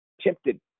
tempted